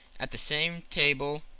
at the same table,